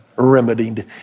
Remedied